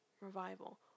revival